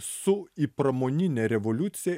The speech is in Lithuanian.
su į pramoninę revoliuciją